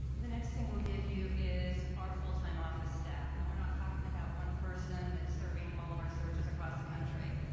the next thing we'll give you is our full time office staff, and we're not talking about one person that's serving all of our searches across the country.